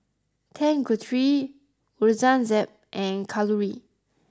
Tanguturi Aurangzeb and Kalluri